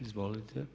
Izvolite.